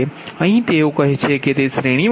અહીં તેઓ કહે છે તે શ્રેણીમા છે